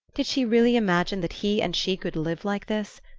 did she really imagine that he and she could live like this?